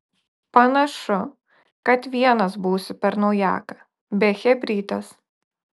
panašu kad vienas būsiu per naujaką be chebrytės